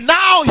now